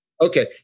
Okay